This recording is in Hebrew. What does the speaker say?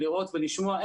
לראות ולשמוע.